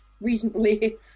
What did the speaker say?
recently